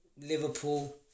Liverpool